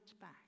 back